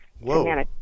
Whoa